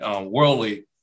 worldly